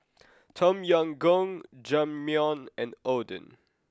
Tom Yam Goong Jajangmyeon and Oden